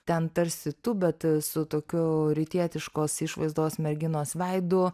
ten tarsi tu bet su tokiu rytietiškos išvaizdos merginos veidu